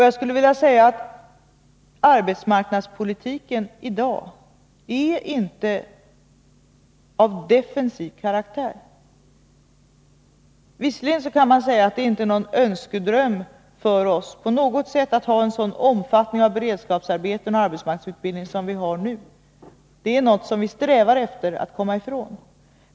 Jag skulle vilja svara att arbetsmarknadspolitiken i dag inte är av defensiv karaktär. Visserligen är det inte på något sätt en önskedröm för oss att ha beredskapsarbeten och arbetsmarknadsutbildning i en sådan omfattning som den vi har nu — det är någonting som vi strävar efter att komma ifrån.